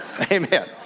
Amen